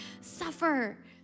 suffer